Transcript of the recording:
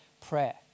prayer